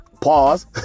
pause